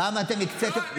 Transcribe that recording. פעם אתם הקציתם,